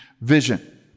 vision